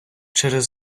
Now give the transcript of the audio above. через